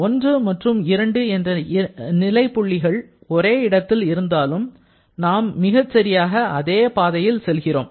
1 மற்றும் 2 என்ற நிலை புள்ளிகள் ஒரே இடத்தில் இருந்தாலும் நாம் மிகச் சரியாக அதே பாதையில் செல்கிறோம்